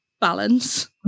balance